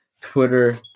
Twitter